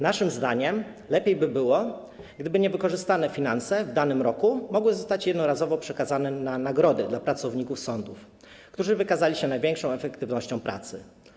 Naszym zdaniem lepiej by było, gdyby niewykorzystane finanse w danym roku mogły zostać jednorazowo przekazane na nagrody dla pracowników sądów, którzy wykazali się największą efektywnością pracy.